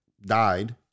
died